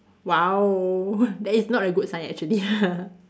!wow! that is not a good sign actually